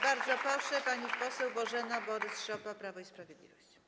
Bardzo proszę, pani poseł Bożena Borys-Szopa, Prawo i Sprawiedliwość.